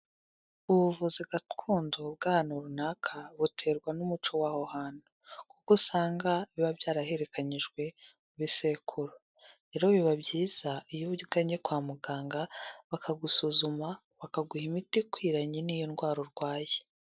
Ubuvuzi gakondo bw'ahantu runaka, buterwa n'umuco w'aho hantu. Kuko usanga biba byarahererekanyijwe mu bisekuru. Rero biba byiza iyo ugannye kwa muganga bakagusuzuma, bakaguha imiti ikwiranye n'iyo ndwara urwaye.